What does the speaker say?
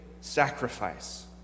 sacrifice